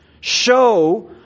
show